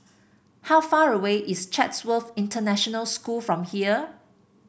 how far away is Chatsworth International School from here